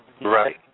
Right